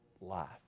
life